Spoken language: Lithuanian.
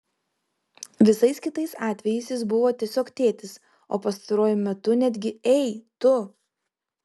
visais kitais atvejais jis buvo tiesiog tėtis o pastaruoju metu netgi ei tu